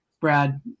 Brad